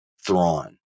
Thrawn